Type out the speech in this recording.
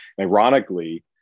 ironically